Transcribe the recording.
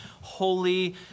holy